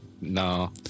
no